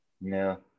No